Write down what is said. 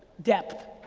depth.